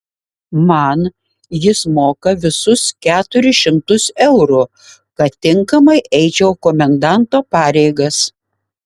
man jis moka visus keturis šimtus eurų kad tinkamai eičiau komendanto pareigas